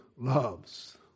loves